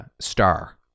Star